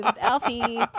Alfie